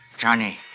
Johnny